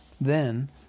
Then